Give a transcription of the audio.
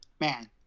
Man